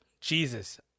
Jesus